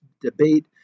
debate